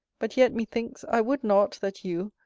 but yet, methinks, i would not, that you,